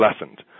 lessened